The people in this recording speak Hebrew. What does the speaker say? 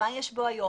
מה יש בו היום?